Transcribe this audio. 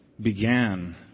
began